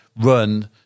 run